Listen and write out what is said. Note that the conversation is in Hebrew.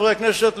חברי הכנסת,